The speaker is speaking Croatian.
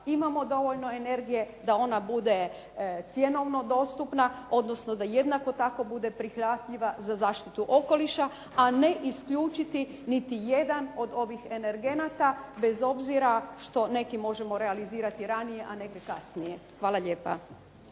imamo dovoljno energije, da ona bude cjenovno dostupna odnosno da jednako tako bude prihvatljiva za zaštitu okoliša a ne isključiti niti jedan od ovih energenata bez obzira što neki možemo realizirati ranije a neke kasnije. Hvala lijepa.